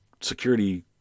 security